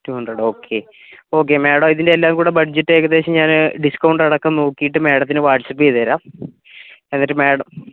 to hundred okay okay madam ഇതിന്റെ എല്ലാം കൂടെ ബഡ്ജറ്റ് ഏകദേശം ഞാൻ ഡിസ്കൗണ്ട് അടക്കം നോക്കിയിട്ട് മാഡത്തിന് വാട്സപ്പ് ചെയ്തുതരാം എന്നിട്ട് മാഡം